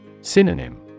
Synonym